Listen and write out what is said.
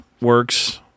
works